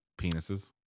penises